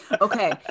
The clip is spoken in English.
Okay